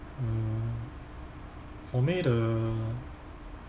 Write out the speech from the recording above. uh for me the